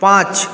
পাঁচ